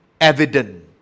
evident